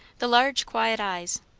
the large quiet eyes,